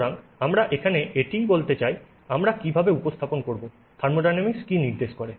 সুতরাং আমরা এখানে এটিই বলতে চাই আমরা কীভাবে উপস্থাপন করব থার্মোডায়নামিক্স কী নির্দেশ করে